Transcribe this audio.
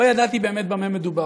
לא ידעתי באמת במה מדובר.